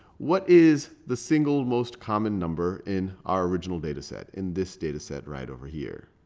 what is the single most common number in our original data set, in this data set right over here?